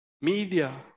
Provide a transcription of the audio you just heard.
Media